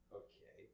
okay